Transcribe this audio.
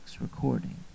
Recording